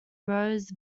rose